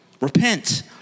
repent